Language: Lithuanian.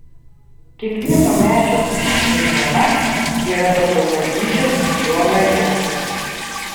kiekvieno medžio šaknų zona yra tokio pat dydžio kaip jo laja